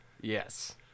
Yes